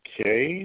Okay